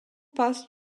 pass